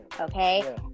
Okay